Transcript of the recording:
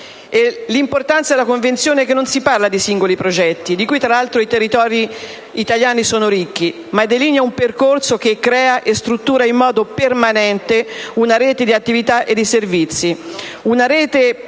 L'importanza della Convenzione è che non si parla di singoli progetti (di cui tra l'altro i territori italiani sono ricchi), ma si delinea un percorso che crea e struttura in modo permanente una rete di attività e di servizi, una rete costruita